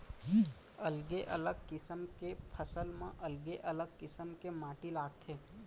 अलगे अलग किसम के फसल म अलगे अलगे किसम के माटी लागथे